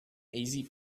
easy